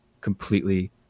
completely